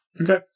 okay